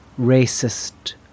racist